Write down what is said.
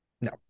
No